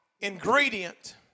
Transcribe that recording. ingredient